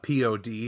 pod